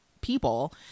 people